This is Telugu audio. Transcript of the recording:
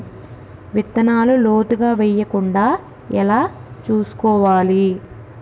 విత్తనాలు లోతుగా వెయ్యకుండా ఎలా చూసుకోవాలి?